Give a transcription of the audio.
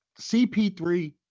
CP3